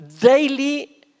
daily